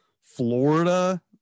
Florida